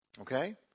Okay